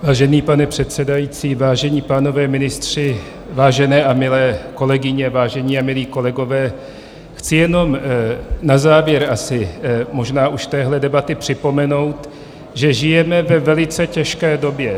Vážený pane předsedající, vážení pánové ministři, vážené a milé kolegyně, vážení a milí kolegové, chci jenom na závěr asi možná už téhle debaty připomenout, že žijeme ve velice těžké době.